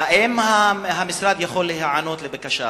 האם המשרד יכול להיענות לבקשה הזאת?